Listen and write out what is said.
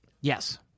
Yes